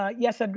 ah yes, edgar,